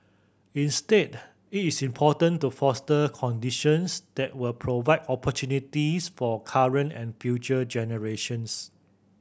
instead it is important to foster conditions that will provide opportunities for current and future generations